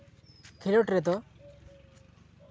ᱠᱷᱮᱞᱳᱰ ᱨᱮᱫᱚ